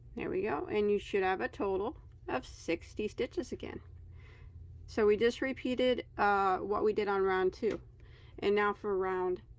there we go, and you should have a total of sixty stitches again so we just repeated what we did on round two and now for round